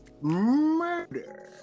murder